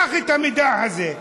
קח את המידע הזה,